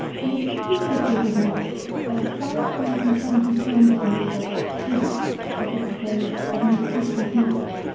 in the fifteen bushels of malt there are five hundred and seventy pounds weight of sweet that is to say, of nutricious matter,